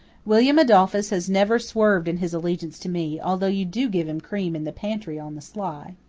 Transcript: william adolphus has never swerved in his allegiance to me, although you do give him cream in the pantry on the sly.